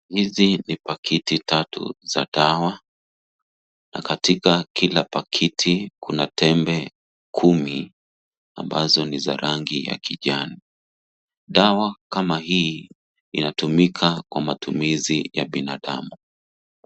Hizi ni pakiti tatu za dawa na katika kila pakiti kuna tembe kumi ambazo ni za rangi ya kijani . Dawa kama hii inatumika kwa matumizi ya binadamu.